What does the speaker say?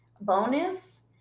bonus